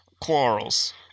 quarrels